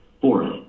Fourth